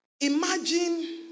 Imagine